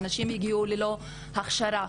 ואנשים הגיעו ללא הכשרה.